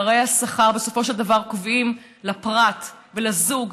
פערי השכר בסופו של דבר קובעים לפרט ולזוג